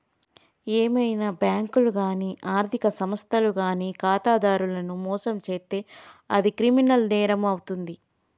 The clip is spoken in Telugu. ఏవైనా బ్యేంకులు గానీ ఆర్ధిక సంస్థలు గానీ ఖాతాదారులను మోసం చేత్తే అది క్రిమినల్ నేరమవుతాది